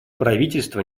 правительство